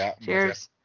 Cheers